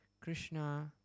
Krishna